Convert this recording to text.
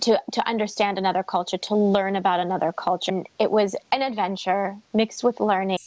understand another culture to learn about another culture it was an adventure mixed with learning